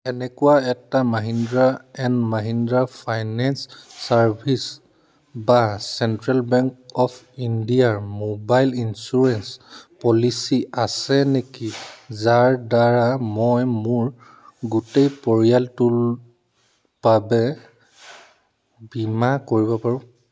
এনেকুৱা এটা Mahindra and Mahindra financial service বা চেণ্ট্ৰেল বেংক অৱ ইণ্ডিয়াৰ মোবাইল ইঞ্চুৰেঞ্চ পলিচী আছে নেকি যাৰ দ্বাৰা মই মোৰ গোটেই পৰিয়ালটোৰ বাবে বীমা কৰিব পাৰোঁ